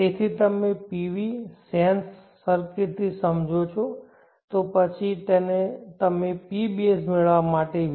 તેથી તમે PV sense સર્કિટથી સમજો છો તો પછી તમે pbase મેળવવા માટે vp